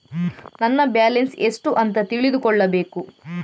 ನನ್ನ ಬ್ಯಾಲೆನ್ಸ್ ಎಷ್ಟು ಅಂತ ತಿಳಿದುಕೊಳ್ಳಬೇಕು?